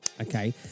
Okay